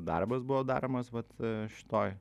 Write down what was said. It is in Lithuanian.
darbas buvo daromas vat šitoj